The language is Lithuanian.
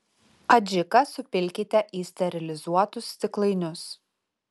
adžiką supilkite į sterilizuotus stiklainius